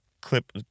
clip